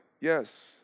Yes